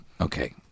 okay